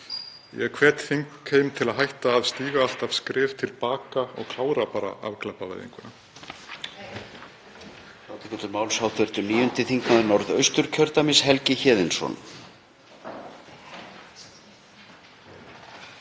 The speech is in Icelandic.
Ég hvet þingheim til að hætta að stíga alltaf skref til baka og klára bara afglæpavæðinguna.